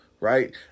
right